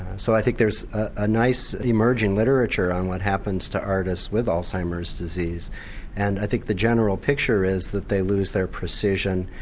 so i think there's a nice emerging literature on what happens to artists with alzheimer's disease and i think the general picture is that they lose their precision,